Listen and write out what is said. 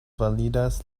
validas